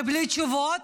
בלי תשובות,